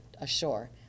ashore